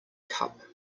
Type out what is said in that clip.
cup